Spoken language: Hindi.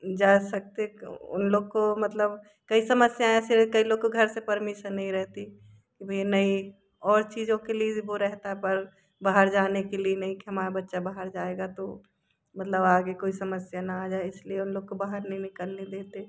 जा सकते उन लोगों को मतलब कई समस्याएँ ऐसे कई लोगों को घर से परमिसन नहीं रहती यह नइ और चीज़ों के लिए वह रहता है पर बाहर जाने के लिए नहीं कि हमारा बच्चा बाहर जाएगा तो मतलब आगे कोई समस्या ना आ जाए इसलिए उन लोग को बाहर नहीं निकलने देते